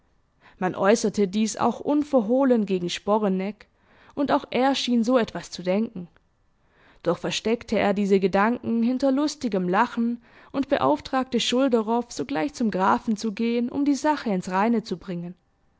man äußerte dies auch unverhohlen gegen sporeneck und auch er schien so etwas zu denken doch versteckte er diese gedanken hinter lustigem lachen und beauftragte schulderoff sogleich zum grafen zu gehen um die sache ins reine zu bringen